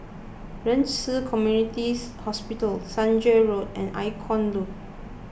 Ren Ci Community Hospital Senja Road and Icon Loft